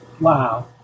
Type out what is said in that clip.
Wow